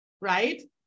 right